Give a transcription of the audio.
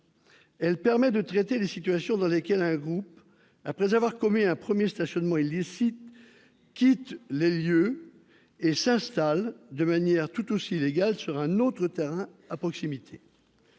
elle permet de traiter les situations dans lesquelles un groupe, après avoir commis un premier stationnement illicite, quitte les lieux et s'installe de manière tout aussi illégale sur un autre terrain situé à proximité.